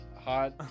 hot